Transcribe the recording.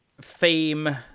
fame